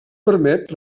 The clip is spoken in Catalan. permet